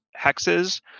hexes